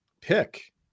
pick